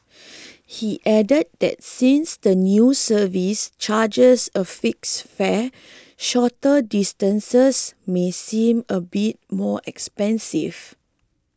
he added that since the new service charges a fixed fare shorter distances may seem a bit more expensive